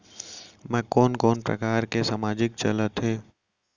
मैं कोन कोन प्रकार के सामाजिक चलत हे?